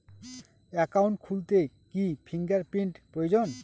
Account খুলতে কি finger print প্রয়োজন?